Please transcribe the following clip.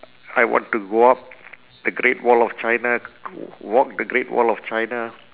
I want to go up the great wall of china walk the great wall of china